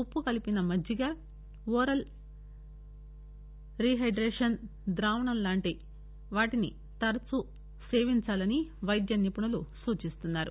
ఉప్పు కలిపిన మజ్జిగ ఓరల్ రీహైదేషన్ ద్రావణంలాంటి వాటిని తరచు సేవించాలని వైద్య నిపుణులు సూచిస్తున్నారు